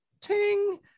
ting